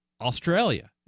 Australia